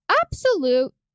absolute